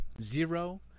zero